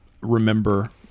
remember